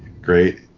Great